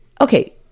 Okay